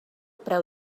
preu